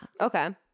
Okay